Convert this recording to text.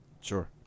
Sure